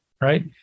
Right